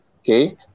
Okay